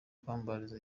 kwambara